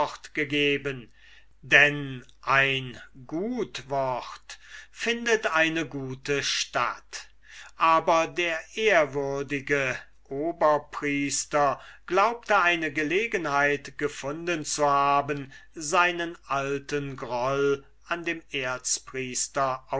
gegeben denn ein gut wort findet eine gute statt aber der ehrwürdige oberpriester glaubte eine gelegenheit gefunden zu haben seinen alten groll an dem